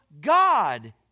god